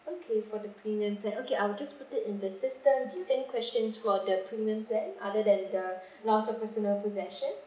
okay for the premium plan okay I will just put it in the system do you have any questions for the premium plan other than the loss of personal possession